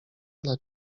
dla